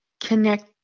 connect